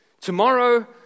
Tomorrow